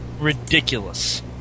ridiculous